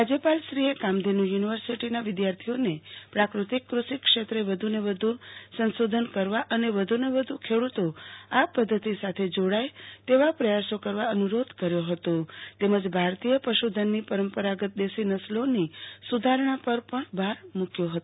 રાજ્યપાલશ્રીએ કામધેનુ યુ નિવર્સિટીના વિદ્યાર્થીઓને પ્રાકૃતિક કૃષિ ક્ષેત્રે વધુને વધુ સંશોધન કરવા અને વધુને વધુ ખેડૂતો આ પદ્ધતિ સાથે જોડાય તેવા પ્રયાસો કરવા અનુરોધ કર્યો હતો તેમજ ભારતીય પશુધનની પરંપરાગત દેશી નસલોની સુ ધારણા પર ભાર મૂ ક્વો હતો